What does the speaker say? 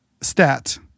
STAT